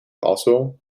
also